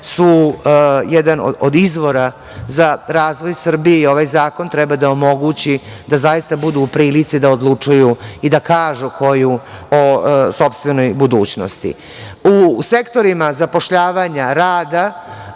su jedan od izvora za razvoj Srbije i ovaj zakon treba da omogući da zaista budu u prilici da odlučuju i da kažu koju o sopstvenoj budućnosti.U sektorima zapošljavanja rada,